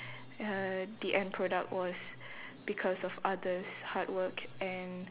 ya the end product was because of others' hard work and